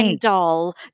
doll